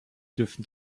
dürfen